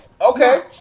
Okay